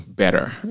Better